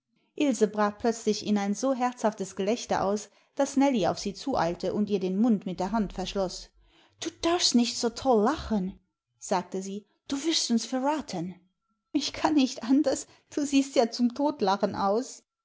ilse brach plötzlich in ein so herzhaftes gelächter aus daß nellie auf sie zueilte und ihr den mund mit der hand verschloß du darfst nicht so toll lachen sagte sie du wirst uns verraten ich kann nicht anders du siehst ja zum totlachen aus